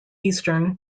eastern